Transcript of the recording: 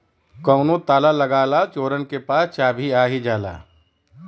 कउनो ताला लगा ला चोरन के पास चाभी आ ही जाला